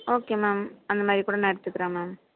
okay ma'am அந்தமாதிரி கூட நான் எடுத்துக்கிறேன் மேம்